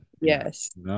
Yes